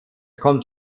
kommt